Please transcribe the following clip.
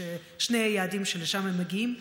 שני היעדים שאליהם הם מגיעים.